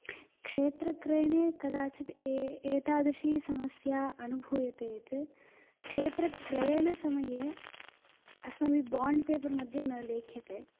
क्षेत्रक्रयणे कदाचित् एतादृशी समस्या अनुभूयते यद् क्षेत्रक्रयणसमये अस्माभिः बोण्ड् पेपर् मध्ये न लेख्यते